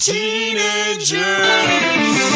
Teenagers